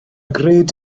gred